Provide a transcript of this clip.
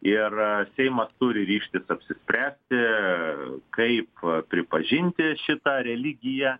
ir seimas turi ryžtis apsispręsti kaip pripažinti šitą religiją